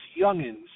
youngins